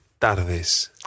tardes